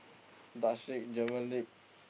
German league